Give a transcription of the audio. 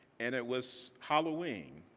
and it was halloween,